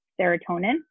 serotonin